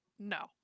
No